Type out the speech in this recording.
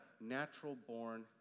natural-born